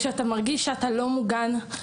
ואתה מרגיש שאתה לא מוגן,